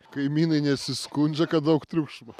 kaimynai nesiskundžia kad daug triukšmo